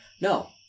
No